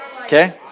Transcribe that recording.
Okay